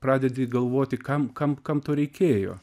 pradedi galvoti kam kam kam to reikėjo